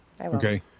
Okay